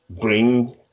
bring